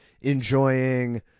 enjoying